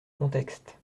contexte